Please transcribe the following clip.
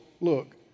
look